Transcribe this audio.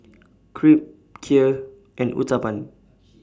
Crepe Kheer and Uthapam